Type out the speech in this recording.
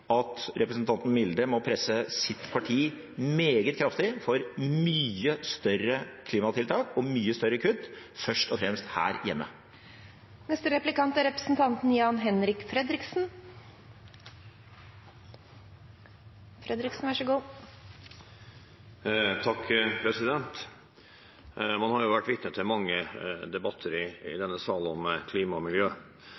at representanten Milde må presse sitt parti meget kraftig for mye større klimatiltak og mye større kutt først og fremst her hjemme. Man har vært vitne til mange debatter i denne sal om klima og miljø, og det er ingen tvil om at i